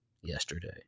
yesterday